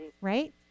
right